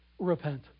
repent